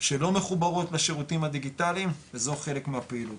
שלא מחוברות לשירותים הדיגיטליים וזו חלק מהפעילות,